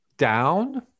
Down